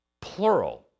plural